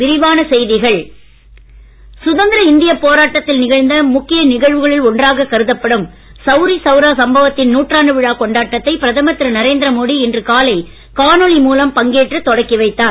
பிரதமர் சவுரி சவுரா இந்திய சுதந்திரப் போராட்டத்தில் நிகழ்ந்த முக்கிய சம்பவங்களுள் ஒன்றாக கருதப்படும் சவுரா சம்பவத்தின் நூற்றாண்டு விழாக் கொண்டாட்டத்தை பிரதமர் திரு நரேந்திர மோடி இன்று காலை காணொலி மூலம் பங்கேற்று தொடங்கி வைத்தார்